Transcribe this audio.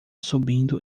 subindo